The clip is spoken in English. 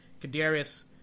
Kadarius